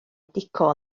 dico